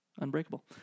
Unbreakable